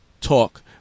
talk